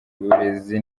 uburezi